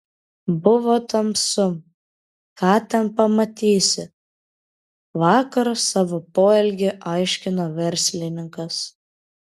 buvo tamsu ką ten pamatysi vakar savo poelgį aiškino verslininkas